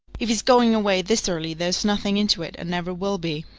if he's going away this early there's nothing into it and never will be.